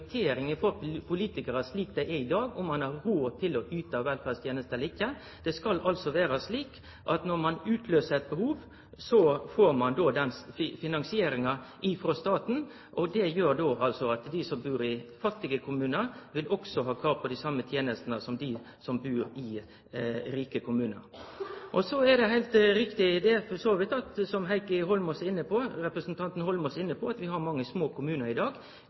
slik det er i dag, om ein har råd til å yte velferdstenester eller ikkje. Det skal vere slik at når ein utløyser eit behov, får ein finansieringa frå staten, slik at dei som bur i fattige kommunar, vil ha krav på dei same tenestene som dei som bur i rike kommunar. Så er det heilt riktig det som for så vidt representanten Heikki Holmås var inne på, at vi har mange små kommunar i dag.